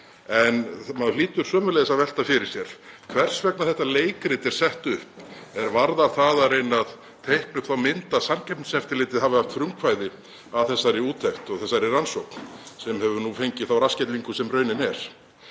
Maður hlýtur sömuleiðis að velta fyrir sér hvers vegna þetta leikrit er sett upp og reyna að teikna upp þá mynd að Samkeppniseftirlitið hafi haft frumkvæði að þessari úttekt og þessari rannsókn sem hefur nú fengið þá rassskellingu sem raunin er.